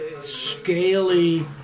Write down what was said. scaly